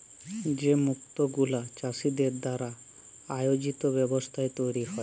যে মুক্ত গুলা চাষীদের দ্বারা আয়জিত ব্যবস্থায় তৈরী হ্যয়